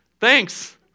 Thanks